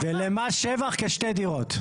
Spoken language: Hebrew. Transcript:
ולס שבח, כשתי דירות.